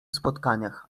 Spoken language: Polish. spotkaniach